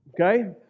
okay